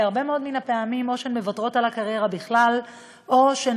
הרבה מאוד מהפעמים או שהן מוותרות על הקריירה בכלל או שהן